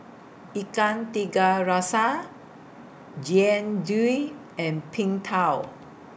Ikan Tiga Rasa Jian Dui and Png Tao